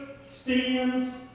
stands